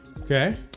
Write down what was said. Okay